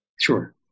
Sure